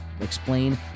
explain